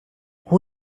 who